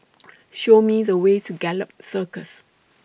Show Me The Way to Gallop Circus